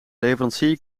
leverancier